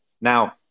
Now